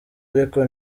ariko